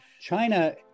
China